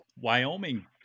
Wyoming